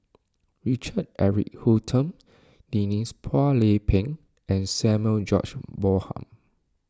Richard Eric Holttum Denise Phua Lay Peng and Samuel George Bonham